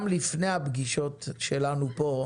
גם לפני הפגישות שלנו כאן,